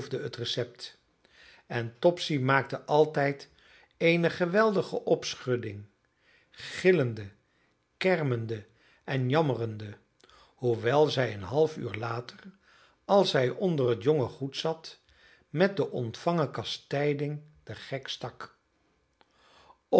het recept en topsy maakte altijd eene geweldige opschudding gillende kermende en jammerende hoewel zij een half uur later als zij onder het jonge goed zat met de ontvangen kastijding den gek stak